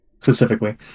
Specifically